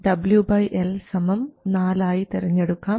WL4 ആയി തെരഞ്ഞെടുക്കാം